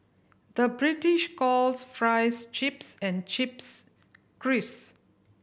the British calls fries chips and chips crisps